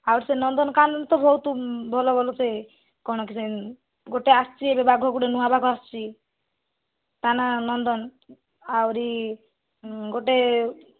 ଆଉ ସେ ନନ୍ଦନକାନନ ତ ବହୁତ ଭଲ ଭଲ ସେ କ'ଣ ଯେ ଗୋଟେ ଆସିଛି ଗୋଟେ ନୂଆ ବାଘ ଆସିଛି ତା ନା ନନ୍ଦନ ଆହୁରି ଗୋଟେ